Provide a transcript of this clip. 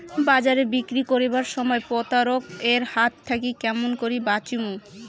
বাজারে বিক্রি করিবার সময় প্রতারক এর হাত থাকি কেমন করি বাঁচিমু?